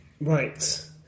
Right